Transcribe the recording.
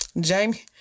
Jamie